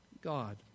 God